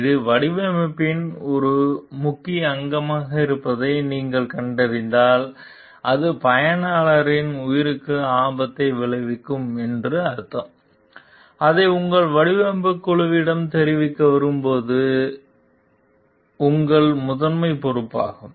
இது வடிவமைப்பின் ஒரு முக்கிய அங்கமாக இருப்பதை நீங்கள் கண்டறிந்தால் அது பயனர்களின் உயிருக்கு ஆபத்தை விளைவிக்கும் என்று அர்த்தம் அதை உங்கள் வடிவமைப்பு குழுவிடம் தெரிவிக்க விரும்புவது உங்கள் முதன்மை பொறுப்பாகும்